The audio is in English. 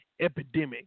epidemic